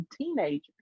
teenager